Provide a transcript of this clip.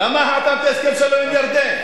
למה חתמת הסכם שלום עם ירדן?